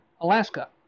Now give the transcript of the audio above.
Alaska